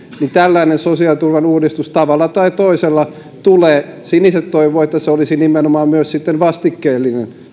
että tällainen sosiaaliturvan uudistus tavalla tai toisella tulee siniset toivovat että se uudistus olisi nimenomaan myös vastikkeellinen